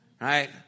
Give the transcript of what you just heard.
right